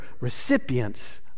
recipients